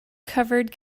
covered